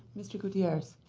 mr. gurierrez.